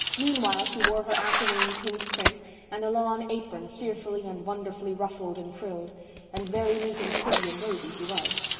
meanwhile she wore her afternoon pink print and a lawn apron fearfully and wonderfully ruffled and frilled and very neat and pretty and rosy she was.